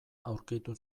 aurkitu